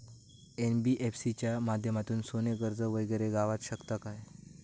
NBFC च्या माध्यमातून सोने कर्ज वगैरे गावात शकता काय?